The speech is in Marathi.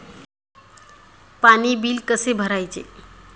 पाणी बिल कसे भरायचे?